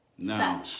No